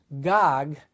Gog